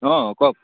অঁ কওক